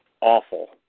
awful